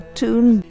tune